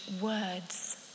words